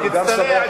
אני גם שמח,